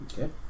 Okay